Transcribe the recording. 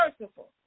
merciful